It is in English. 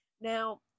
Now